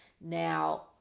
Now